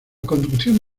conducción